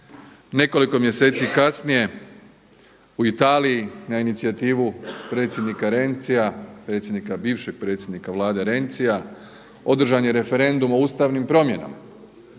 Nekoliko mjeseci kasnije u Italiji na inicijativu predsjednika Renzia predsjednika, bivšeg predsjednika Vlade Renzia održan je referendum o ustavnim promjenama,